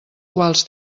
quals